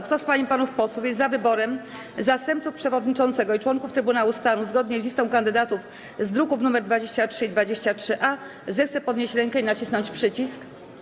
Kto z pań i panów posłów jest za wyborem zastępców przewodniczącego i członków Trybunału Stanu zgodnie z listą kandydatów z druków nr 23 i 23-A, zechce podnieść rękę i nacisnąć przycisk.